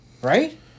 Right